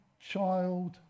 child